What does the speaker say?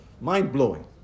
mind-blowing